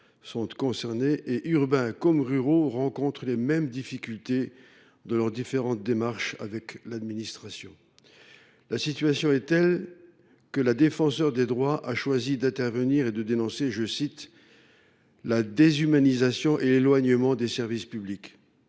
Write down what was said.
sont concernés : urbains comme ruraux rencontrent les mêmes difficultés dans leurs différentes démarches avec l’administration. La situation est telle que la Défenseure des droits a choisi d’intervenir en dénonçant « la déshumanisation et l’éloignement des services publics »